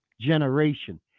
generation